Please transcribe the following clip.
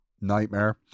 Nightmare